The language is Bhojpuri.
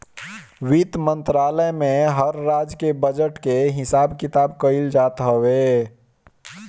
वित्त मंत्रालय में हर राज्य के बजट के हिसाब किताब कइल जात हवे